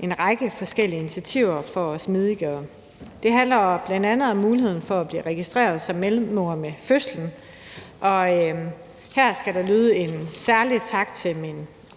en række forskellige initiativer for at smidiggøre det. Det handler jo bl.a. om muligheden for at blive registreret som medmor ved fødslen, og her skal der lyde en særlig tak til min